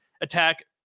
attack